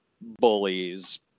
bullies